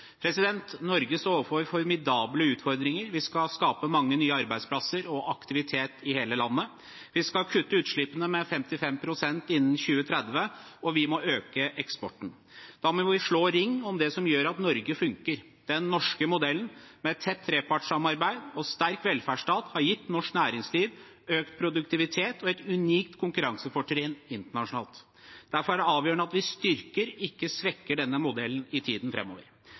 Norge står overfor formidable utfordringer. Vi skal skape mange nye arbeidsplasser og aktivitet i hele landet, vi skal kutte utslippene med 55 pst. innen 2030, og vi må øke eksporten. Da må vi slå ring om det som gjør at Norge funker. Den norske modellen med et tett trepartssamarbeid og en sterk velferdsstat har gitt norsk næringsliv økt produktivitet og et unikt konkurransefortrinn internasjonalt. Derfor er det avgjørende at vi styrker, ikke svekker, denne modellen i tiden